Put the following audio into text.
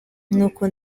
nuko